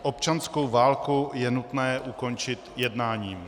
Občanskou válku je nutné ukončit jednáním.